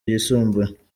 yisumbuye